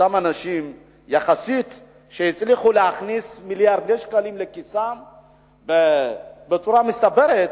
אותם אנשים שהצליחו להכניס מיליארדי שקלים לכיסם בצורה מצטברת.